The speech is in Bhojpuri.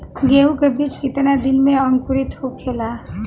गेहूँ के बिज कितना दिन में अंकुरित होखेला?